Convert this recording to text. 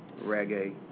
reggae